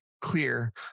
clear